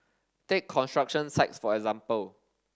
take construction sites for example